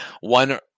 one